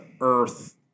earth